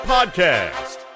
Podcast